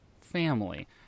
family